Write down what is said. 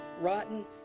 rotten